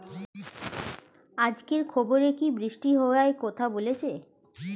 আজকের খবরে কি বৃষ্টি হওয়ায় কথা বলেছে?